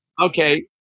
Okay